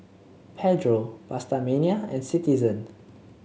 Pedro PastaMania and Citizen